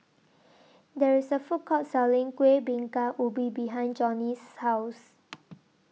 There IS A Food Court Selling Kueh Bingka Ubi behind Johnny's House